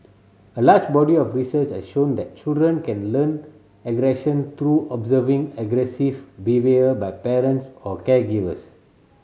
a large body of research has shown that children can learn aggression through observing aggressive behaviour by parents or caregivers